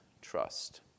Trust